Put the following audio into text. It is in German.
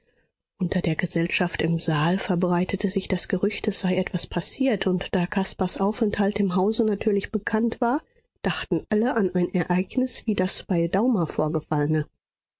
unter der gesellschaft im saal verbreitete sich das gerücht es sei etwas passiert und da caspars aufenthalt im hause natürlich bekannt war dachten alle an ein ereignis wie das bei daumer vorgefallene